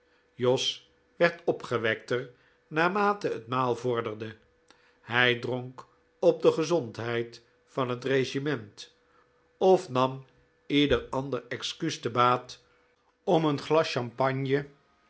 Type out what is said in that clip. jos werd opgewekter naarmate het maal vorderde hij dronk op de gezondheid van het regiment of nam ieder ander excuus te baat om een glas champagne